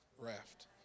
raft